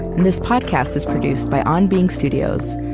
and this podcast is produced by on being studios,